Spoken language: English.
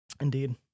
Indeed